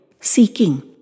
seeking